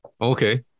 okay